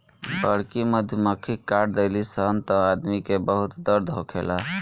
बड़की मधुमक्खी काट देली सन त आदमी के बहुत दर्द होखेला